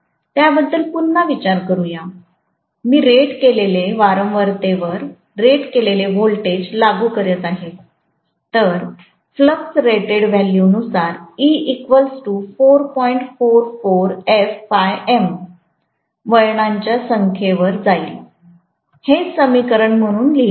त्या बद्दल पुन्हा विचार करुया मी रेट केलेले वारंवारते वर रेट केलेले व्होल्टेज लागू करीत आहे तर फ्लक्स रेटेड व्हॅल्यूनुसार वळणांच्या संख्येवर जाईल हेच समीकरण म्हणून लिहिले आहे